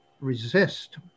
resist